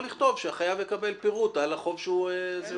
אז אפשר לכתוב שהחייב יקבל פירוט על החוב שהוא חייב.